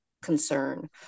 concern